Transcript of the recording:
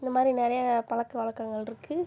இந்தமாதிரி நிறைய பழக்க வழக்கங்கள் இருக்குது